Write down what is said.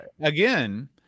again